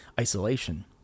isolation